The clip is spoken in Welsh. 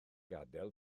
gadael